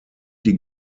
die